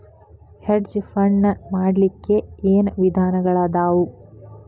Hedge fund ನ ಮಾಡ್ಲಿಕ್ಕೆ ಏನ್ ವಿಧಾನಗಳದಾವು?